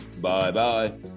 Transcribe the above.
Bye-bye